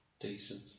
decent